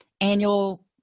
annual